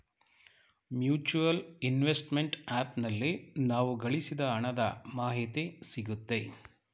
mutual investment app ನಲ್ಲಿ ನಾವು ಗಳಿಸಿದ ಹಣದ ಮಾಹಿತಿ ಸಿಗುತ್ತೆ